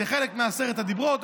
זה חלק מעשרת הדיברות,